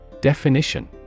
Definition